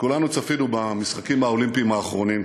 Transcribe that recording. כולנו צפינו במשחקים האולימפיים האחרונים.